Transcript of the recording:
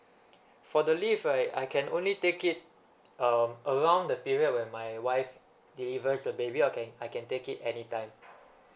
for the leave right I can only take it uh around the period when my wife delivers the baby or can I can take it any time